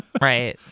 Right